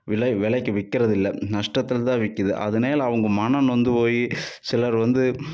விலை விலைக்கு விக்கிறதில்லை நஷ்டத்தில்தான் விற்குது அதனால அவங்க மனம் நொந்து போய் சிலர் வந்து